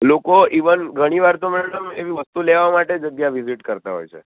લોકો ઈવન ઘણીવાર તો મેડમ એવી વસ્તુ લેવા માટે જગ્યા વિઝિટ કરતાં હોય છે